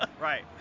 right